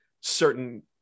certain